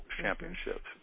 championships